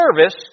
service